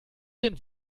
den